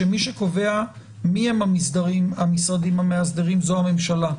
מי שקובע מיהם המשרדים המאסדרים זו הממשלה.